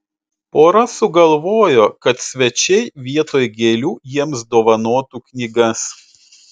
pora sugalvojo kad svečiai vietoj gėlių jiems dovanotų knygas